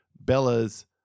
Bella's